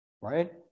right